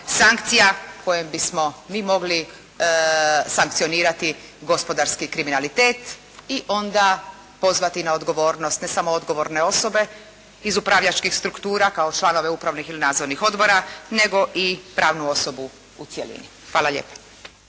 sankcija kojima bismo mi mogli sankcionirati gospodarski kriminalitet i onda pozvati na odgovornost ne samo odgovorne osobe iz upravljačkih struktura kao članove upravnih ili nadzornih odbora nego i pravnu osobu u cjelini. Hvala lijepo.